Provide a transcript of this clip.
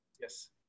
Yes